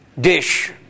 dish